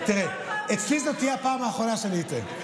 תראה, אצלי זו תהיה הפעם האחרונה שאני אטעה.